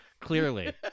Clearly